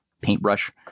paintbrush